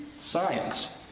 science